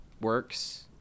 works